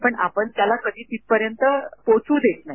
पण आपण त्याला कधी तिथपर्यंत पोहोचू देत नाही